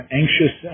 anxious